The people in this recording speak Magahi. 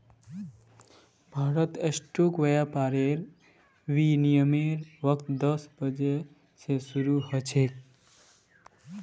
भारतत स्टॉक व्यापारेर विनियमेर वक़्त दस बजे स शरू ह छेक